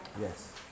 Yes